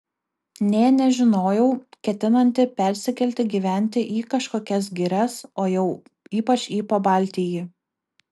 nė nežinojau ketinanti persikelti gyventi į kažkokias girias o jau ypač į pabaltijį